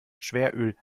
schweröl